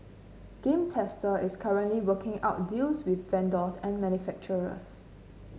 Game Tester is currently working out deals with vendors and manufacturers